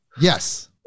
Yes